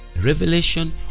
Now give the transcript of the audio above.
Revelation